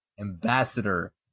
Ambassador